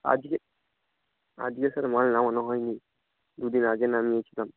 আজকে আজকে স্যার মাল নামানো হয় নি দুদিন আগে নামিয়েছিলাম